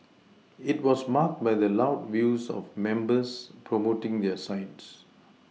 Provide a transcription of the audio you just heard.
it was marked by the loud views of members promoting their sides